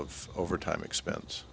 of overtime expense